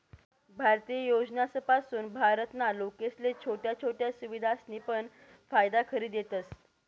भारतीय योजनासपासून भारत ना लोकेसले छोट्या छोट्या सुविधासनी पण फायदा करि देतस